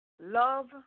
Love